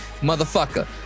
motherfucker